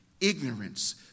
ignorance